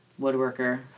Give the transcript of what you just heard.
woodworker